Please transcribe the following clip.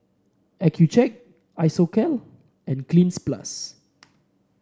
Accucheck Isocal and Cleanz Plus